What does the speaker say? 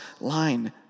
line